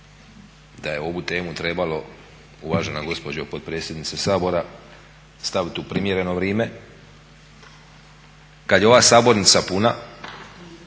Da je ovu temu trebalo uvažena gospođo potpredsjednice Sabora staviti u primjereno vrime kad je ova sabornica puna,